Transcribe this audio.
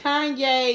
Kanye